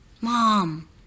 Mom